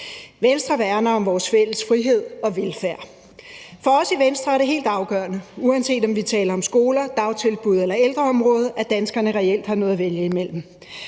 Venstre værner om vores fælles frihed og velfærd. For os i Venstre er det helt afgørende, uanset om vi taler om skoler, dagtilbud eller ældreområdet, at danskerne reelt har noget at vælge imellem,